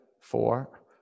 four